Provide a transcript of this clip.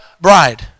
bride